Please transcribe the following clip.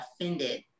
offended